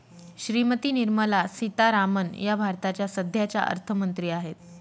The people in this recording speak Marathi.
श्रीमती निर्मला सीतारामन या भारताच्या सध्याच्या अर्थमंत्री आहेत